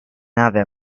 nave